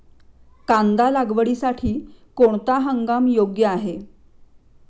कांदा लागवडीसाठी कोणता हंगाम योग्य आहे?